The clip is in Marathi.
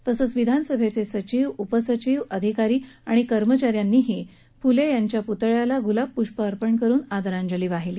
तसचं विधानसभेचे सचिव उप सचिव अधिकारी आणि कर्मचा यांनी देखील फुले यांच्या पुतळ्याला गुलाबपुष्प अर्पण करून आदरांजली वाहिली